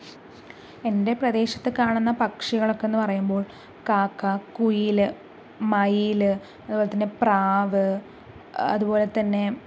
എൻ്റെ പ്രദേശത്തു കാണുന്ന പക്ഷികളൊക്കെയെന്ന് പറയുമ്പോൾ കാക്ക കുയിൽ മയിൽ അതുപോലെത്തന്നെ പ്രാവ് അതുപോലെത്തന്നെ